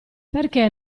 perché